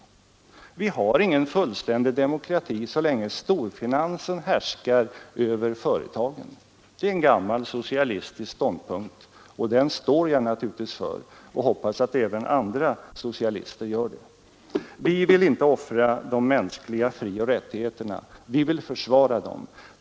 Det finns ingen fullständig demokrati så länge storfinansen härskar över företagen. Det är en gammal socialistisk ståndpunkt, och den står jag naturligtvis för och hoppas att även andra socialister gör det. Vi vill inte offra de mänskliga frioch rättigheterna, utan vi vill försvara dem.